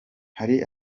hari